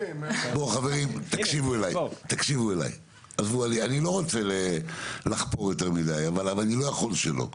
רוצה לחפור יותר מידי אבל אני לא יכול שלא.